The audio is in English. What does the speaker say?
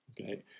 okay